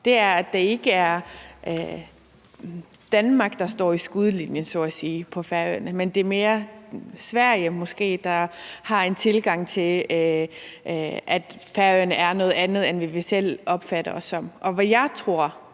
det, at det ikke er Danmark, der står i skudlinjen så at sige på Færøerne, men det måske mere er Sverige, der har den tilgang til Færøerne, at Færøerne er noget andet, end vi selv opfatter os som.